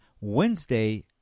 Wednesday